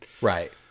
Right